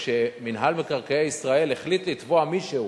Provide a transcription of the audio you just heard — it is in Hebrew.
מינהל מקרקעי ישראל כפוף להנחיות